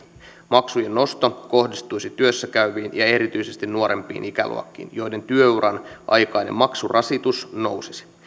maksujen nosto kohdistuisi työssä käyviin ja erityisesti nuorempiin ikäluokkiin joiden työuran aikainen maksurasitus nousisi